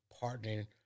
partnering